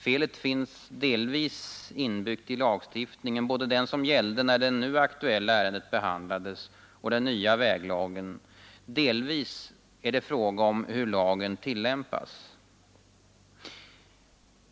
Felet finns delvis inbyggt i lagstiftningen, både den som gällde när det nu aktuella ärendet behandlades och den nya väglagen; delvis är det fråga om hur lagen tillämpas.